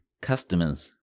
customers